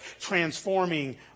transforming